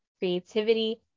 creativity